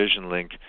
VisionLink